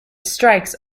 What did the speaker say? strikes